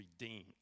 redeemed